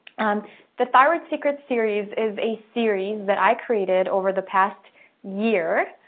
and the thyroid secret series is a series that i created over the past year.